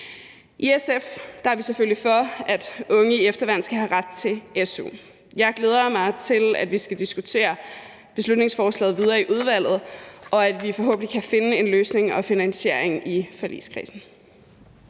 I SF er vi selvfølgelig for, at unge i efterværn skal have ret til su. Jeg glæder mig til, at vi skal diskutere beslutningsforslaget videre i udvalget, og at vi i forligskredsen forhåbentlig i fællesskab kan finde en løsning og finansiering. Kl.